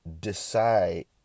Decide